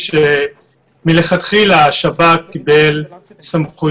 השב"כ עלה רק על 10% מהחולים שהסתובבו